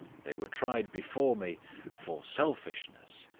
they were tried before me for selfishness,